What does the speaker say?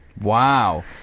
Wow